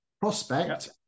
prospect